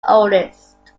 oldest